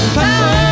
power